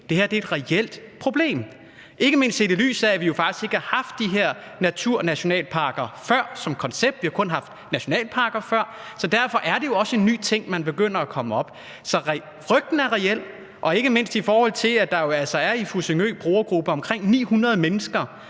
Det her er et reelt problem, ikke mindst set i lyset af at vi jo faktisk ikke har haft de her naturnationalparker før som koncept. Vi har kun haft nationalparker før, og derfor er det jo også en ny ting, der begynder at komme op. Så frygten er reel, og ikke mindst i forhold til at der jo altså i Fussingø er en brugergruppe på omkring 900 mennesker,